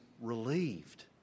relieved